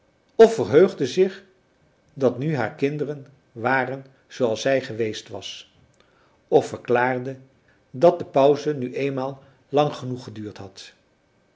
of verheugde zich dat nu haar kinderen waren zoo als zij geweest was of verklaarde dat de pauze nu eenmaal lang genoeg geduurd had